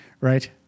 Right